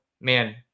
man